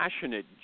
passionate